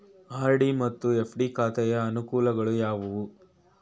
RD ಮತ್ತು FD ಖಾತೆಯ ಅನುಕೂಲಗಳು ಯಾವುವು?